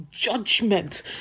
Judgment